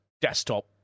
desktop